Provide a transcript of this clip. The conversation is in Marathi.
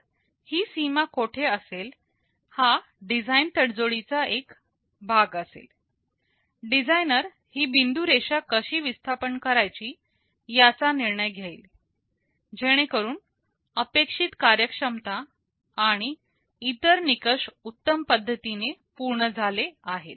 तर ही सीमा कुठे असेल हा डिझाईन तडजोडीचा एक भाग असेल डिझायनर ही बिंदू रेषा कशी विस्थापन करायची याचा निर्णय घेईल जेणेकरून अपेक्षित कार्यक्षमता आणि इतर निकष उत्तम पद्धतीने पूर्ण झाले आहेत